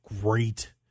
great